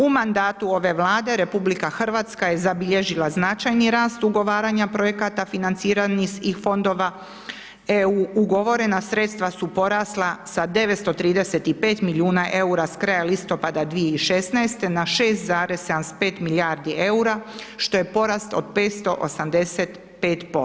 U mandatu ove Vlade RH je zabilježila značajni rast ugovaranja projekata financiranih iz fondova EU ugovore, na sredstva su porasla sa 935 milijuna EUR-a s kraja listopad 2016. na 6,75 milijardi EUR-a što je porast od 585%